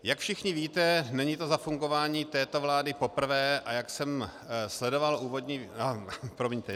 Jak všichni víte, není to za fungování této vlády poprvé, a jak jsem sledoval úvodní... promiňte.